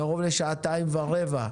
קרוב לשעתיים ורבע.